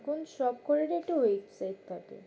এখন সবকটারই একটা ওয়েবসাইট থাকে